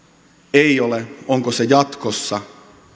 ei ole onko se jatkossa